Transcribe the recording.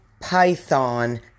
python